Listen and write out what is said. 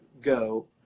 go